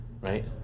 right